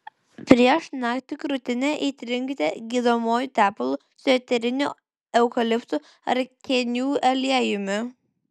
prieš naktį krūtinę įtrinkite gydomuoju tepalu su eteriniu eukaliptų ar kėnių aliejumi